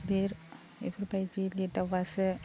लिर बेफोरबायदि लिरदावबासो